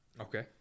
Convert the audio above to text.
Okay